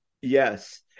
Yes